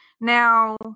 Now